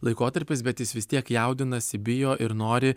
laikotarpis bet jis vis tiek jaudinasi bijo ir nori